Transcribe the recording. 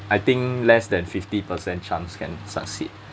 I think less than fifty percent chance can succeed